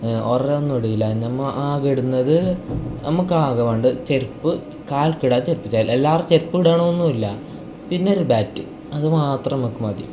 ഉറ ഒന്നും ഇടില്ല നമ്മൾ ആകെ ഇടുന്നത് നമുക്ക് അകെ വേണ്ട ചെരുപ്പ് കാൽക്കിടാൻ ചെരുപ്പ് ചില എല്ലാവരും ചെരുപ്പ് ഇടണം എന്നില്ല പിന്നൊരു ബാറ്റ് അതുമാത്രം നമുക്ക് മതി